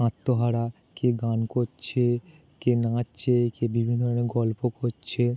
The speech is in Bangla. আত্মহারা কেউ গান করছে কেউ নাচছে কেউ বিভিন্ন ধরনের গল্প করছে